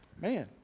Man